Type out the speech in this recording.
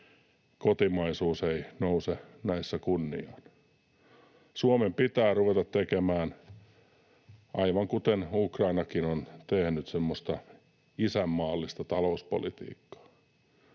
kotimaisuus ei nouse näissä kunniaan? Suomen pitää ruveta tekemään, aivan kuten Ukrainakin on tehnyt, isänmaallista talouspolitiikkaa.